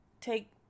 take